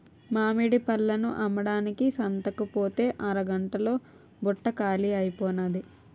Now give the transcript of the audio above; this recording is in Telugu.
మామిడి పళ్ళను అమ్మడానికి సంతకుపోతే అరగంట్లో బుట్ట కాలీ అయిపోనాది